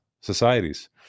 societies